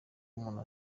umuntu